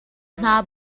hna